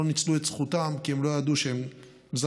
ניצלו את זכותם כי הם לא ידעו שהם זכאים,